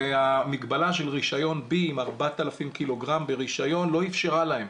המגבלה של רישיון B עם 4,000 קילוגרם ברישיון לא אפשרה להם.